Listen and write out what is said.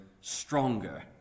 stronger